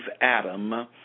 Adam